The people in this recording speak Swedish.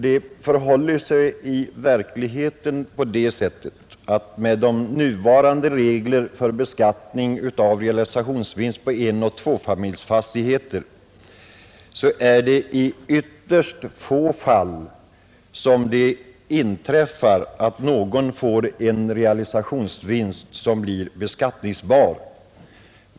Det förhåller sig i verkligheten så att med nuvarande regler för beskattning av realisationsvinst vid försäljning av enoch tvåfamiljsfastigheter inträffar det i ytterst få fall att realisationsvinsten blir beskattningsbar.